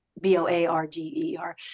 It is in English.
B-O-A-R-D-E-R